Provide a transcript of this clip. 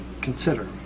consider